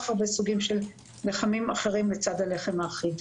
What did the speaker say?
הרבה סוגים של לחמים אחרים לצד הלחם האחיד.